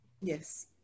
Yes